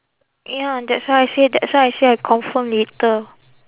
ya that's why I say that's why I say confirm later